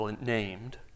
named